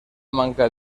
manca